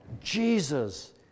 Jesus